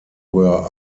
were